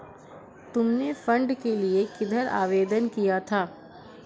तुमने फंड के लिए किधर आवेदन किया था?